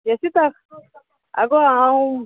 जेसीता आगो हांव